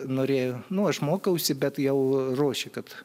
norėjo nu aš mokausi bet jau ruošė kad